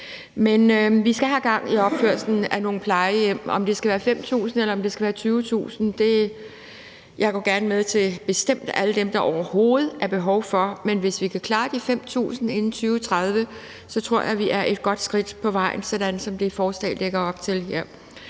Men vi skal have gang i opførelsen af nogle plejehjem. Uanset om det skal være 5.000 eller om det skal være 20.000 plejehjemspladser, går jeg bestemt gerne med til alle dem, der overhovedet er behov for. Men hvis vi kan klare de 5.000 inden 2030, tror jeg, vi er et godt skridt på vejen, sådan som det forslag lægger op til